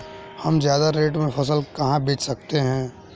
हम ज्यादा रेट में फसल कहाँ बेच सकते हैं?